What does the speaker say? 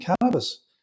cannabis